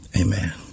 Amen